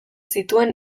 zituen